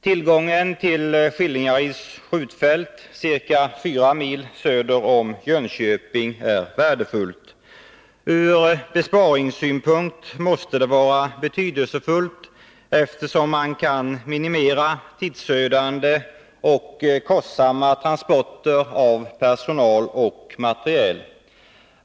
Tillgången till Skillingaryds skjutfält ca 4 mil söder om Jönköping är värdefull. Från besparingssynpunkt måste detta vara betydelsefullt, eftersom man kan minimera tidsödande och kostsamma transporter av personal och materiel.